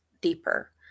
deeper